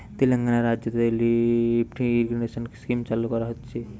তেলেঙ্গানা রাজ্যতে lift irrigation scheme সরকার চালু করতিছে